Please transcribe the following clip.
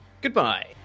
goodbye